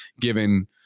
given